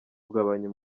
kugabanya